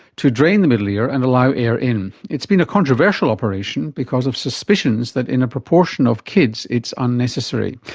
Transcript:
to drain the middle ear and allow air in. it's been a controversial operation because of suspicions that in a proportion of kids, it's unnecessary.